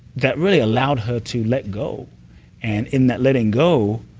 that really allowed her to let go and in that letting go,